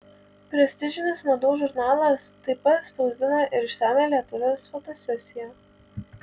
prestižinis madų žurnalas taip pat spausdina ir išsamią lietuvės fotosesiją